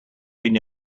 been